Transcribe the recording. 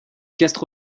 castres